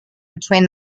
between